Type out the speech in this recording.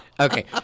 Okay